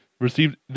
Received